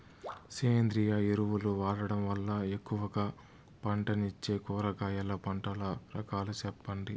సేంద్రియ ఎరువులు వాడడం వల్ల ఎక్కువగా పంటనిచ్చే కూరగాయల పంటల రకాలు సెప్పండి?